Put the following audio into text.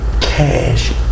cash